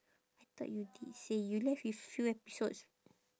I thought you did say you left with few episodes